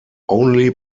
only